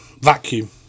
vacuum